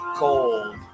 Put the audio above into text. cold